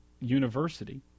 university